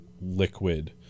liquid